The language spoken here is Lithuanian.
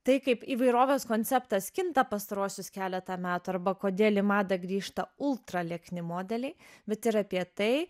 tai kaip įvairovės konceptas kinta pastaruosius keletą metų arba kodėl į madą grįžta ultra liekni modeliai bet ir apie tai